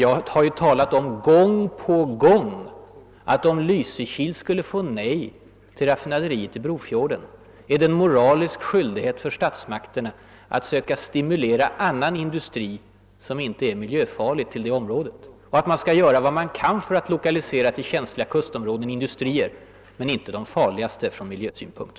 Jag har gång på gång framhållit att om Lysekil skule få nej till raffinaderiet i Brofjorden, är det en moralisk skyldighet för statsmakterna att söka stimulera annan industri, som inte är miljöfarlig, till området och att man skall göra vad man kan för att till känsliga kustområden lokalisera industrier — men inte sådana som är farliga från miljösynpunkt.